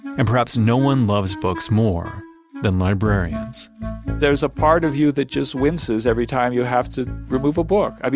and perhaps no one loves books more than librarians there's a part of you that just winces every time you have to remove a book.